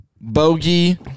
bogey